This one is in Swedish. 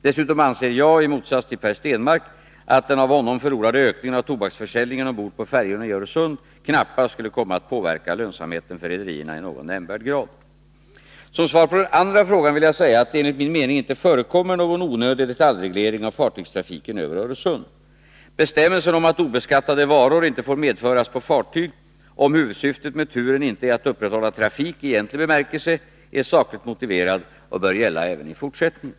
Dessutom anser jag, i motsats till Per Stenmarck, att den av honom förordade ökningen av tobaksförsäljningen ombord på färjorna i Öresund knappast skulle komma att påverka lönsamheten för rederierna i någon nämnvärd grad. Som svar på den andra frågan vill jag säga att det enligt min mening inte förekommer någon onödig detaljreglering av fartygstrafiken över Öresund. Bestämmelsen om att obeskattade varor inte får medföras på fartyg, om huvudsyftet med turen inte är att upprätthålla trafik i egentlig bemärkelse, är sakligt motiverad och bör gälla även i fortsättningen.